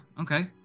okay